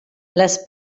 les